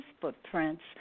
Footprints